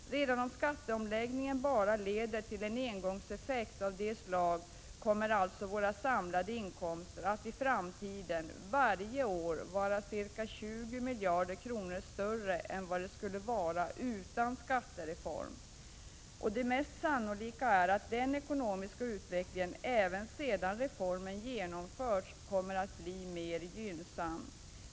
Redan om skatteomläggningen bara leder till en engångseffekt av detta slag, kommer alltså våra samlade inkomster att i framtiden varje år vara ca 20 miljarder kronor större än vad de skulle vara utan skattereform. Och det mest sannolika är att den ekonomiska utvecklingen även sedan reformen genomförts kommer att bli mer gynnsam.